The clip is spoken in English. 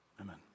Amen